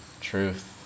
Truth